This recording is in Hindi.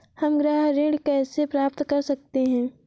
हम गृह ऋण कैसे प्राप्त कर सकते हैं?